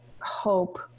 hope